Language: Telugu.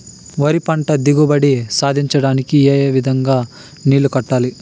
వరి పంట దిగుబడి సాధించడానికి, ఏ విధంగా నీళ్లు కట్టాలి?